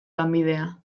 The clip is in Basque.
lanbidea